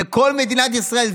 וכל מדינת ישראל,